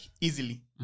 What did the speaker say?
Easily